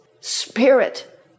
spirit